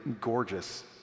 gorgeous